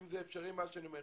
האם זה אפשרי מה שאני אומר?